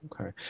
Okay